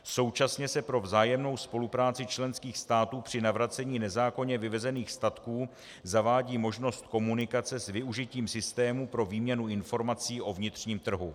Současně se pro vzájemnou spolupráci členských států při navracení nezákonně vyvezených statků zavádí možnost komunikace s využitím systému pro výměnu informací o vnitřním trhu.